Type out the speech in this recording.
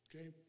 okay